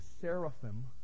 seraphim